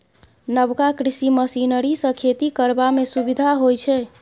नबका कृषि मशीनरी सँ खेती करबा मे सुभिता होइ छै